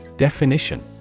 Definition